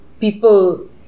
people